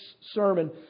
sermon